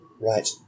Right